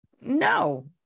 No